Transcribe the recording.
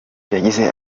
yagize